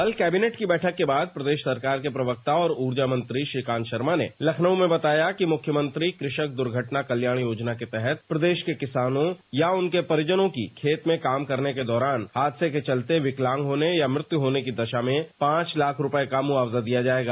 कल कैबिनेट की बैठक के बाद प्रदेश सरकार के प्रवक्ता और ऊर्जा मंत्री श्रीकांत शर्मा ने लखनऊ में बताया कि मुख्यमंत्री कृषक दुर्घटना कल्याण योजना के तहत प्रदेश के किसानों या उनके परिजनों की खेत में काम करने के दौरान हादसे के चलते विक्लांग होने या मत्यु होने की दशा में पांच लाख रुपये का मुआवजा दिया जाएगा